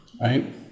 right